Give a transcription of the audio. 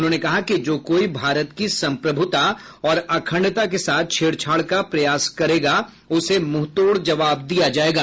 उन्होंने कहा कि जो कोई भारत की सम्प्रभुता और अखंडता के साथ छेड़छाड़ का प्रयास करेगा उसे मुंहतोड़ जवाब दिया जाएगा